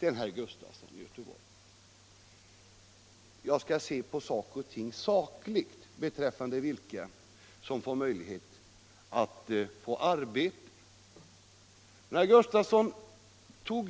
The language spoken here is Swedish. Herr Sven Gustafson i Göteborg ansåg att jag skulle se sakligt på frågan om vilka som får möjlighet att erhålla arbete.